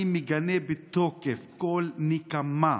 אני מגנה בתוקף כל נקמה.